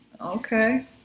Okay